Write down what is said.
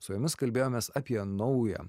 su jumis kalbėjomės apie naują